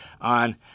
on